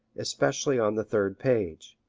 especially on the third page.